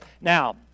now